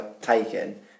Taken